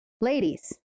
Ladies